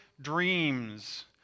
Dreams